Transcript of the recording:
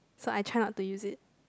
so I try not to use it